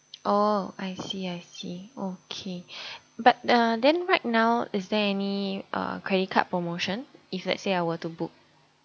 oh I see I see okay but uh then right now is there any uh credit card promotion if let's say I were to book